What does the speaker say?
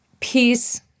peace